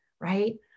right